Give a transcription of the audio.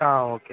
ஆ okay